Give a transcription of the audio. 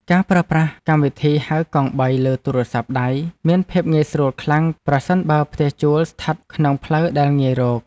ការប្រើប្រាស់កម្មវិធីហៅកង់បីលើទូរស័ព្ទដៃមានភាពងាយស្រួលខ្លាំងប្រសិនបើផ្ទះជួលស្ថិតក្នុងផ្លូវដែលងាយរក។